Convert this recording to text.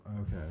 okay